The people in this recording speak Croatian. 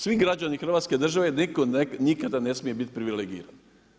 Svi građani Hrvatske države nitko nikada ne smije biti privilegiran.